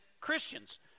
Christians